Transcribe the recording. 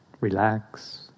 Relax